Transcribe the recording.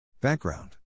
Background